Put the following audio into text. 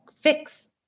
fix